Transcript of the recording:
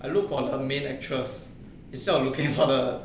I look for the main actress instead of looking for the